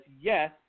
yes